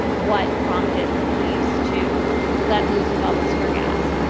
what prompted the police to let loose with all this tear gas?